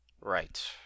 Right